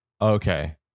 Okay